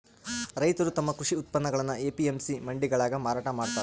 ರೈತರು ತಮ್ಮ ಕೃಷಿ ಉತ್ಪನ್ನಗುಳ್ನ ಎ.ಪಿ.ಎಂ.ಸಿ ಮಂಡಿಗಳಾಗ ಮಾರಾಟ ಮಾಡ್ತಾರ